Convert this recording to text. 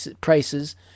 prices